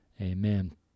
Amen